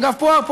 אגב, פה